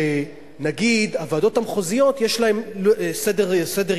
שנגיד, הוועדות המחוזיות, יש להן סדר-יום,